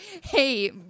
hey